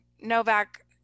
Novak